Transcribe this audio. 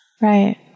Right